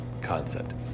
concept